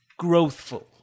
growthful